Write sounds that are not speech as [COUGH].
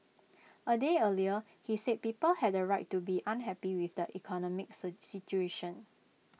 A day earlier he said people had A right to be unhappy with the economic [NOISE] situation